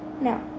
Now